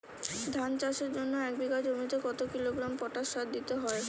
ধান চাষের জন্য এক বিঘা জমিতে কতো কিলোগ্রাম পটাশ সার দিতে হয়?